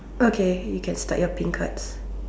okay you can start your pink cards